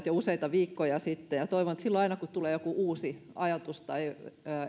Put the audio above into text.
jo useita viikkoja sitten toivon että aina silloin kun tulee joku uusi ajatus tai